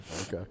Okay